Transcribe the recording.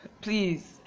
please